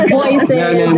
voices